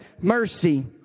mercy